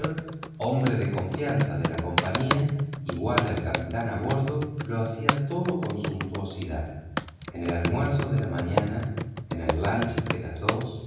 hombre de confianza de la compañía igual al capitán a bordo lo hacía todo con suntuosidad en el lunch de las dos en la comida de las